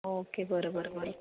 okay बरं बरं बरं